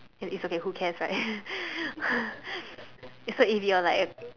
uh it's okay who cares right is so if you're like a